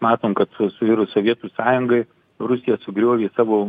mes matom kad suirus sovietų sąjungai rusija sugriovė savo